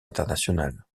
internationale